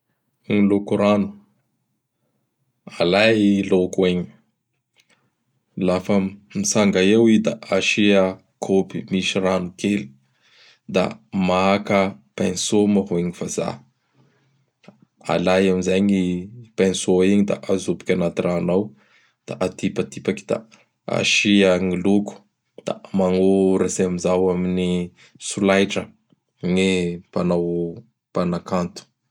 Ny loko rano! Alay i loko igny. Lafa mitsanga eo i da asia kôpy misy rano kely; da maka pinceau moa hoy gny vazaha. Alay amin'izay gny pinceau igny da ajoboky agnaty rano ao; da atipatipaky da asia gny loko. Da magnoratsy amin'izao amin'gny solaitra gny mpanao Mpanakanto.